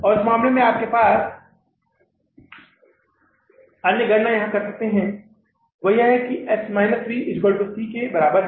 और इस मामले में हम आपके आस पास की अन्य गणना यहां कर सकते हैं वह यह है कि S V C के बराबर है